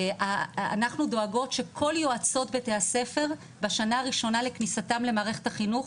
אנחנו דואגות שכל יועצות בתי הספר בשנה הראשונה לכניסתן למערכת החינוך